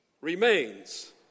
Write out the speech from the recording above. remains